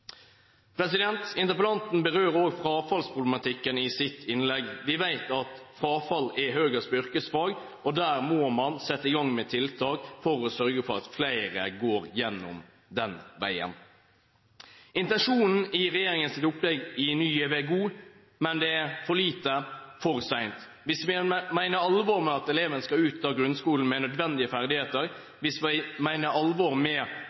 Interpellanten berører også frafallsproblematikken i sitt innlegg. Vi vet at frafall er høyest på yrkesfag, og der må man sette i gang med tiltak for å sørge for at flere kommer gjennom den veien. Intensjonen i regjeringens opplegg i Ny GIV er god, men det er for lite, for sent. Hvis vi mener alvor med at eleven skal ut av grunnskolen med nødvendige ferdigheter, hvis vi mener alvor med